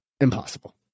impossible